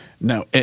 Now